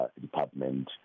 Department